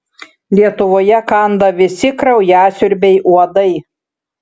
lietuvoje kanda visi kraujasiurbiai uodai